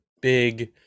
big